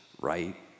right